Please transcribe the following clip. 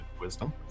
Wisdom